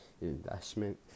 Investment